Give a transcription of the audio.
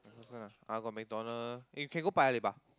MacPherson ah uh got McDonald or we can go Paya-Lebar